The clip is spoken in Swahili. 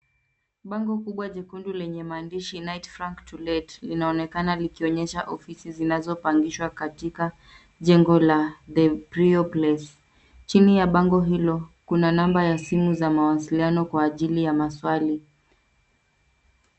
Bango kubwa jekundu lenye maandishi, Knight Frank to let, inaonekana likionyesha ofisi zinazopangishwa katika jengo la, the priory place. Chini ya bango hilo kuna namba ya simu za mawasiliano kwa ajili ya maswali.